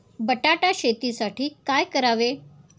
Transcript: बटाटा शेतीसाठी काय करावे?